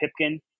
Pipkin